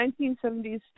1970s